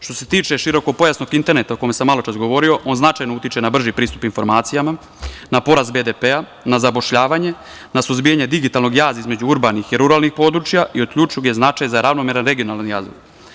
Što se tiče širokopojasnog interneta o kome sam maločas govorio, on značajno utiče na brži pristup informacijama, na porast BDP-a, na zapošljavanje, na suzbijanje digitalnog jaza između urbanih i ruralnih područja i od ključnog je značaja za ravnomeran regionalni razvoj.